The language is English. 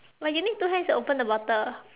but you need to two hands to open the bottle